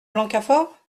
blancafort